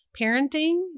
parenting